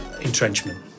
entrenchment